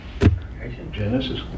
Genesis